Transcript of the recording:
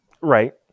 Right